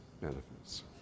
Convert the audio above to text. benefits